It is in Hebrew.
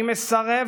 אני מסרב,